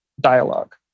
dialogue